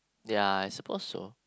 ya I suppose so